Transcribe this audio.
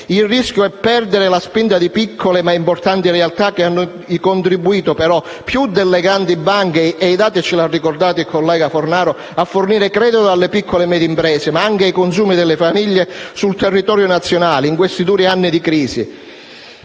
Il rischio è perdere la spinta di piccole ma importanti realtà che hanno contribuito, però, più delle grandi banche - e i dati ce li ha ricordati il collega Fornaro - a fornire credito alle piccole e medie imprese, ma anche ai consumi delle famiglie, sul territorio nazionale in questi duri anni di crisi.